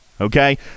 Okay